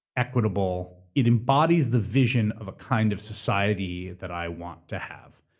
equitable. it embodies the vision of a kind of society that i want to have,